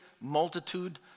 multitude